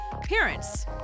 parents